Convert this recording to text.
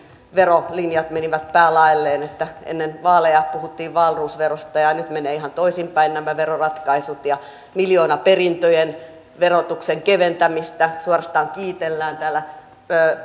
verolinjat menivät päälaelleen ennen vaaleja puhuttiin wahlroos verosta ja ja nyt menevät ihan toisinpäin nämä veroratkaisut miljoonaperintöjen verotuksen keventämistä suorastaan kiitellään täällä